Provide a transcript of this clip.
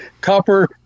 copper